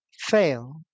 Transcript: fail